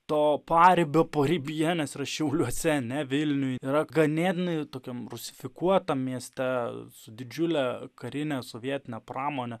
to paribio paribyje nes yra šiauliuose ne vilniuj yra ganėtinai tokiam rusifikuotam mieste su didžiule karine sovietine pramone